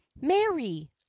Mary